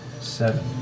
Seven